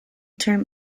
term